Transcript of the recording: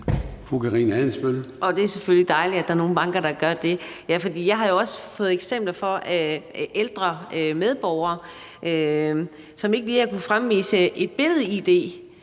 dejligt, at der er nogle banker, der gør det. For jeg har jo også fået eksempler på, at ældre medborgere, som ikke lige har kunnet fremvise et billed-id,